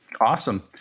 Awesome